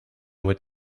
with